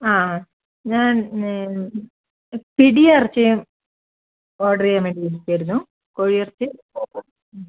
ആ ഞാൻ പിടീം ഇറച്ചിയും ഓർഡർ ചെയ്യാൻ വേണ്ടി വിളിച്ചതായിരുന്നു കോഴിയിറച്ചി